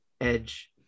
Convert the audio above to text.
edge